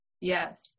Yes